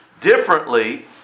differently